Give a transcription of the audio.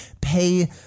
pay